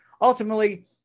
ultimately